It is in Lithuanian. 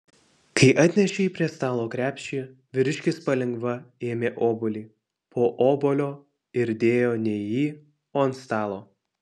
kai atnešei prie stalo krepšį vyriškis palengva ėmė obuolį po obuolio ir dėjo ne į jį o ant stalo